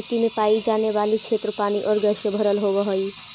मिट्टी में पाई जाने वाली क्षेत्र पानी और गैस से भरल होवअ हई